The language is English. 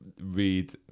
read